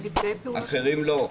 אחרים לא.